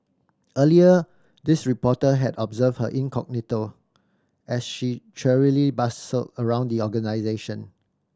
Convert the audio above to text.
earlier this reporter had observed her incognito as she cheerily bustled around the organisation